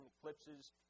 eclipses